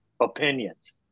opinions